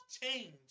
change